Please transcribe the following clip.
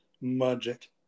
Magic